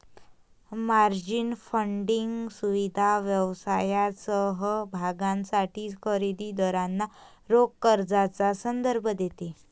margin funding सुविधा व्यवसाय समभागांसाठी खरेदी दारांना रोख कर्जाचा संदर्भ देते